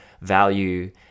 value